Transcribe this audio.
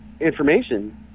information